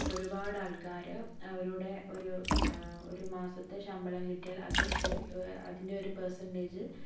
ഒരുപാട് ആൾക്കാര് അവരുടെ ഒരു ഒരു മാസത്തെ ശമ്പളം കിട്ടിയാൽ അത് ഒരു അതിൻ്റെ ഒരു പെർസെന്റജ്